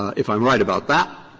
if i'm right about that,